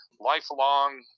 lifelong